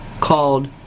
called